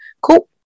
cool